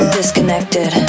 disconnected